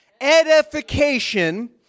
Edification